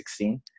2016